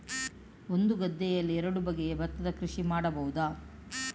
ಒಂದು ಗದ್ದೆಯಲ್ಲಿ ಎರಡು ಬಗೆಯ ಭತ್ತದ ಕೃಷಿ ಮಾಡಬಹುದಾ?